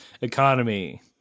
economy